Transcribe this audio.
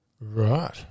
Right